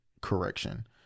correction